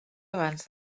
abans